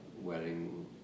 wedding